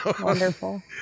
Wonderful